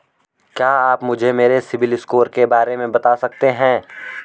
क्या आप मुझे सिबिल स्कोर के बारे में बता सकते हैं?